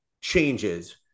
changes